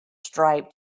stripes